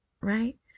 right